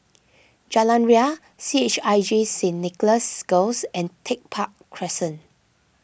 Jalan Ria C H I J Saint Nicholas Girls and Tech Park Crescent